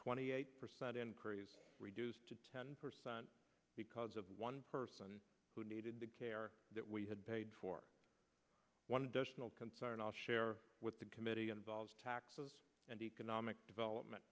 twenty eight percent increase reduced to ten percent because of one person who needed the care that we had paid for one additional concern i'll share with the committee involves taxes and economic development